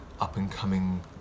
up-and-coming